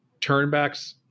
turnbacks